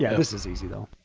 yeah this is easy, though.